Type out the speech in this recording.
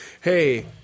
hey